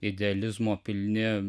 idealizmo pilni